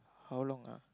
how long ah